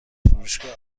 فروشگاه